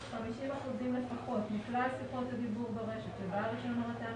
50 אחוזים לפחות מכלל שיחות הדיבור ברשת של בעל רישיון הרט"ן